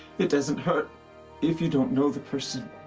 it doesn't hurt if you don't know the person